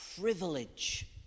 privilege